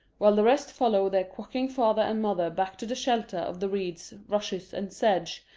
while the rest followed their quacking father and mother back to the shelter of the reeds, rushes, and sedge,